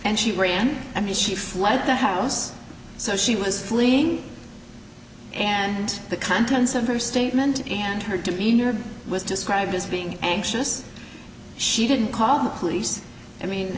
and she ran and she fled the house so she was fleeing and the contents of her statement and her demeanor was described as being anxious she didn't call the police i mean